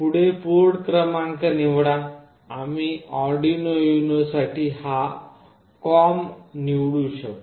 पुढे पोर्ट क्रमांक निवडा आम्ही युनो साठी हा COMM निवडू शकतो